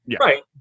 right